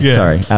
sorry